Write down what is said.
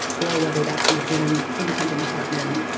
or whether that's you're in an independent department,